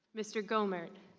mr. gohmert?